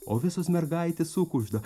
o visos mergaitės sukužda